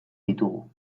ditugu